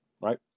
right